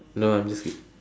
no I'm just ki~